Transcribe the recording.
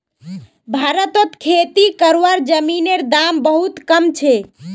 भारतत खेती करवार जमीनेर दाम बहुत कम छे